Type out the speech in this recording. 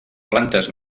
plantes